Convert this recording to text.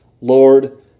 Lord